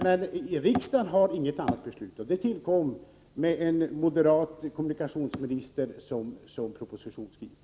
Men riksdagen har inte fattat något annat beslut, och det var en moderat kommunikationsminister som var propositionsskrivare.